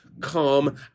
calm